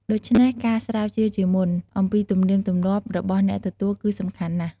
ដូច្នេះ ការស្រាវជ្រាវជាមុន អំពីទំនៀមទម្លាប់របស់អ្នកទទួលគឺសំខាន់ណាស់។